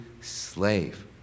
slave